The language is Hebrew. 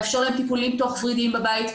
לאפשר להם טיפולים תוך ורידיים בבית.